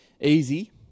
easy